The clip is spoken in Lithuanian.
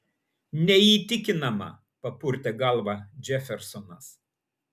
neįtikinama papurtė galvą džefersonas